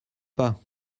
pas